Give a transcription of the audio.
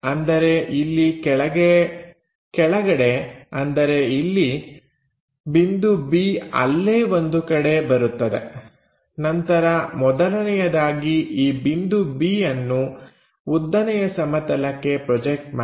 ಅಂದರೆ ಇಲ್ಲಿ ಕೆಳಗಡೆ ಅಂದರೆ ಇಲ್ಲಿ ಬಿಂದು B ಅಲ್ಲೇ ಒಂದು ಕಡೆ ಬರುತ್ತದೆ ನಂತರ ಮೊದಲನೆಯದಾಗಿ ಈ ಬಿಂದು B ಅನ್ನು ಉದ್ದನೆಯ ಸಮತಲಕ್ಕೆ ಪ್ರೊಜೆಕ್ಟ್ ಮಾಡಿ